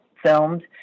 Filmed